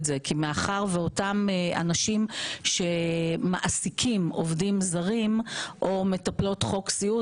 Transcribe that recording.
מאחר ואותם אנשים שמעסיקים עובדים זרים או מטפלות חוק סיעוד,